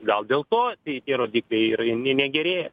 gal dėl to tai tie rodikliai ir ne negerėja